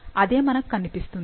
అదే మనకు కనిపిస్తుంది